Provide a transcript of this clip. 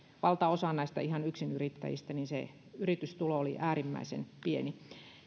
valtaosalla näistä ihan yksinyrittäjistä se yritystulo oli äärimmäisen pieni